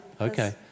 Okay